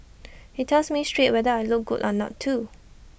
he tells me straight whether I look good or not too